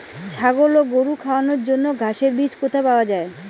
ছাগল ও গরু খাওয়ানোর জন্য ঘাসের বীজ কোথায় পাওয়া যায়?